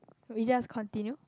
we just continue